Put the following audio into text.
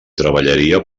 treballaria